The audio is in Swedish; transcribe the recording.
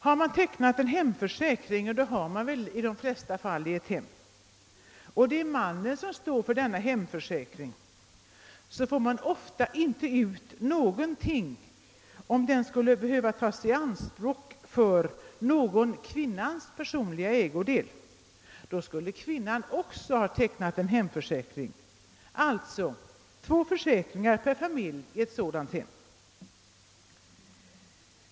Har man tecknat en hemförsäkring — och det har man väl i de flesta fall i ett hem — och det är mannen som står för denna hemförsäkring, får man ofta inte ut någonting om försäkringen skulle behöva tas i anspråk för någon kvinnans personliga ägodel. I så fall borde kvinnan också ha tecknat en hemförsäkring; det behövs alltså två försäkringar i ett sådant hem.